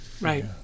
Right